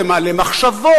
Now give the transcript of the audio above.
זה מעלה מחשבות,